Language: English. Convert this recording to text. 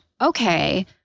okay